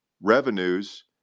revenues